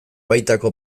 baitako